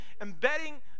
Embedding